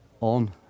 on